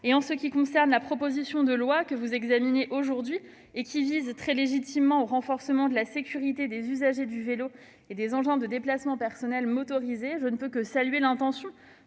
En ce qui concerne la proposition de loi que vous examinez aujourd'hui et qui vise, très légitimement, à renforcer la sécurité des usagers du vélo et des engins de déplacement personnels motorisés, je ne puis que saluer l'intention